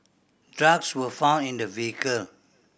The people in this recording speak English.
drugs were found in the vehicle